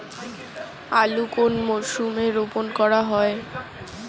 আলু কোন মরশুমে রোপণ করা হয়?